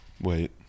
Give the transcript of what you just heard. Wait